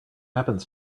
happens